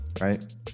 right